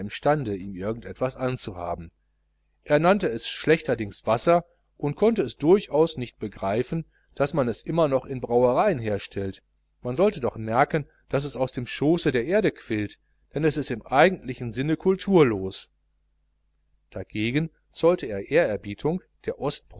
ihm irgend etwas anzuhaben er nannte es schlechterdings wasser und konnte es durchaus nicht begreifen daß man es noch immer in brauereien herstellt man sollte doch merken daß es aus dem schoße der erde quillt denn es ist im eigentlichen sinne culturlos dagegen zollte er